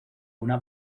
una